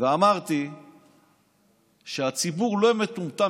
אני התבטאתי ואמרתי שהציבור לא מטומטם